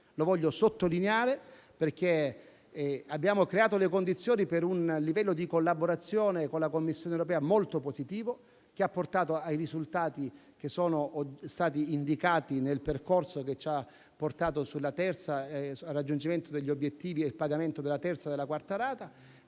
Voglio sottolinearlo perché abbiamo creato le condizioni per un livello di collaborazione molto positivo con la Commissione europea, che ha portato ai risultati che sono stati indicati nel percorso che ci ha condotto al raggiungimento degli obiettivi e al pagamento della terza e della quarta rata